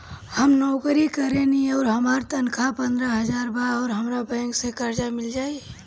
हम नौकरी करेनी आउर हमार तनख़ाह पंद्रह हज़ार बा और हमरा बैंक से कर्जा मिल जायी?